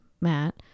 Matt